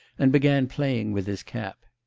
and began playing with his cap.